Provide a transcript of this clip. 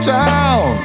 town